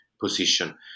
position